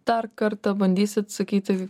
dar kartą bandysit sakyti